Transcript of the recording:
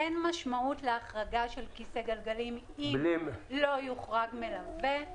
אין משמעות להחרגה של כיסא גלגלים אם לא יוחרג מלווה.